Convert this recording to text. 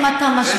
כן,